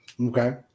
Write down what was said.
okay